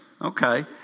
Okay